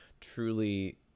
truly